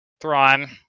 Thrawn